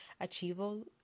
achievable